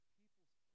people's